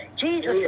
Jesus